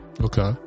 Okay